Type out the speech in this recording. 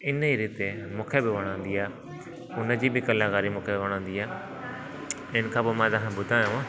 इन ई रीति मूंखे बि वणंदी आहे उनजी बि कलाकारी मूंखे वणंदी आहे इनखां पोइ मां तव्हां खे ॿुधायांव